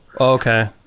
Okay